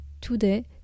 Today